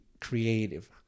creative